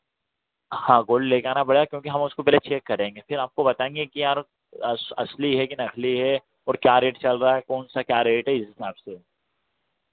हाँ गोल्ड ले कर आना पड़ेगा क्योंकि हम उसको पहले चेक करेंगे फिर आपको बताएँगे कि यार असली है कि नकली है और क्या रेट चल रहा है कौन सा क्या रेट है इस हिसाब से